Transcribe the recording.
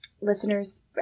listeners